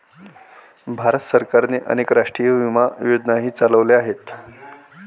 भारत सरकारने अनेक राष्ट्रीय विमा योजनाही चालवल्या आहेत